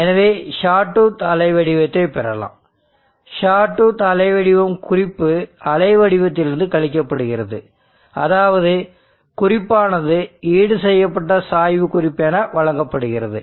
எனவே sawtooth அலைவடிவத்தைப் பெறலாம் ஷாட் டூத் அலைவடிவம் குறிப்பு அலைவடிவத்திலிருந்து கழிக்கப்படுகிறது அதாவது குறிப்பானது ஈடுசெய்யப்பட்ட சாய்வு குறிப்பு என வழங்கப்படுகிறது